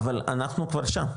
אבל אנחנו כבר שם,